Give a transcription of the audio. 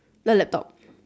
not laptop